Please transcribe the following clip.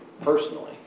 personally